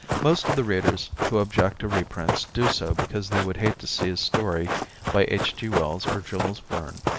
most of the readers who object to reprints do so because they would hate to see a story by h. g. wells or jules verne.